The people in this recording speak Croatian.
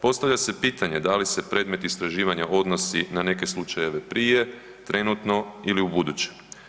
Postavlja se pitanje da li se predmet istraživanja odnosi na neke slučajeve prije, trenutno ili ubuduće.